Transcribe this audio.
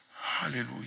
Hallelujah